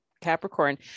capricorn